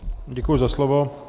Děkuji za slovo.